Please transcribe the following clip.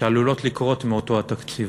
שעלולות לקרות מאותו התקציב.